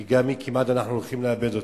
כי גם היא, אנחנו כמעט הולכים לאבד אותה.